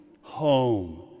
Home